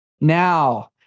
now